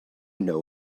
know